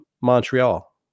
Montreal